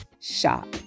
shop